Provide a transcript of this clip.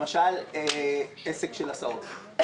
למשל עסק של הסעות.